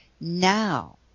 now